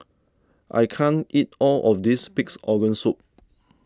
I can't eat all of this Pig's Organ Soup